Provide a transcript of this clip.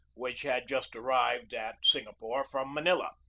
which had just arrived at singapore from manila.